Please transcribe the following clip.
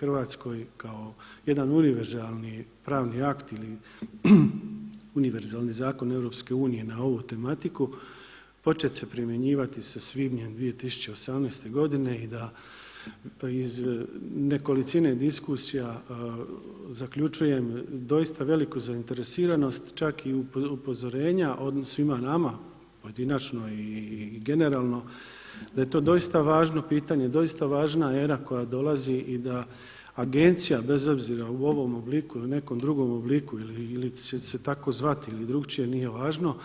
RH kao jedan univerzalni pravni akt ili univerzalni zakon EU na ovu tematiku počet se primjenjivati sa svibnjem 2018. godine i da iz nekolicine diskusija zaključujem doista veliku zainteresiranost čak i upozorenja svima nama pojedinačno i generalno da je to doista važno pitanje, doista važna era koja dolazi i da agencija bez obzira u ovom obliku ili u nekom drugom obliku ili će se tako zvati ili drukčije, nije važno.